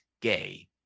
gay